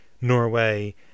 Norway